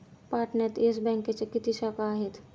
पाटण्यात येस बँकेच्या किती शाखा आहेत?